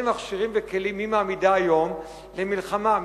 מכשירים וכלים היא מעמידה היום למלחמה,